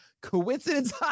coincidence